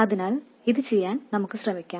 അതിനാൽ ഇത് ചെയ്യാൻ നമുക്ക് ശ്രമിക്കാം